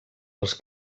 els